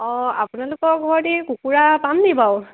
অঁ আপোনালোকৰ ঘৰতে এ কুকুৰা পাম নি বাৰু